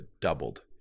doubled